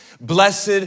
Blessed